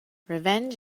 revenge